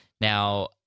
now